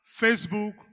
Facebook